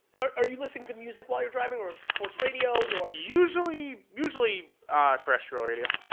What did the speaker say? are you listening to music while you're driving or sports radio, or usually, usually terrestrial radio.